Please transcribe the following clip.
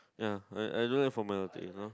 ya I I don't wear for my Lasik you know